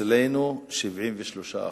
אצלנו 73%,